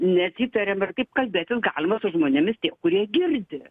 nesitariam ir kaip kalbėtis galima su žmonėmis tie kurie girdi